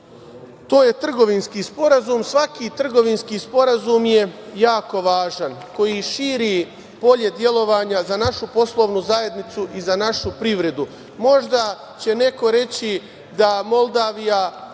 to je trgovinski sporazum. Svaki trgovinski sporazum koji širi polje delovanja za našu poslovnu zajednicu i za našu privredu je jako važan. Možda će neko reći da Moldavija,